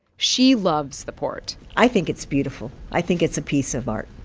she loves the port i think it's beautiful. i think it's a piece of art.